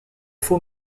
fond